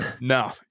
no